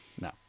no